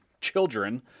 children